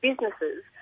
businesses